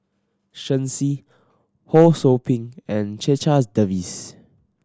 Shen Xi Ho Sou Ping and Checha's Davies